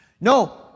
No